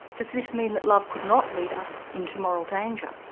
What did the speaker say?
does this mean that love could not lead us into moral danger?